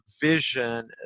vision